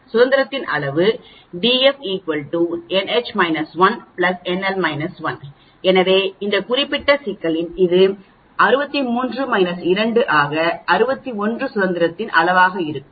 சுதந்திரத்தின் அளவு df nH -1 எனவே இந்த குறிப்பிட்ட சிக்கலில் இது 63 2 ஆக 61 சுதந்திரத்தின் அளவாக இருக்கும்